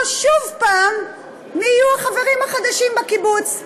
שוב מי יהיו החברים החדשים בקיבוץ.